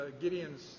Gideon's